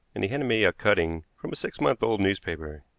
and he handed me a cutting from a six months old newspaper.